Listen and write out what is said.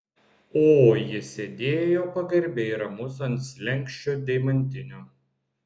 o jis sėdėjo pagarbiai ramus ant slenksčio deimantinio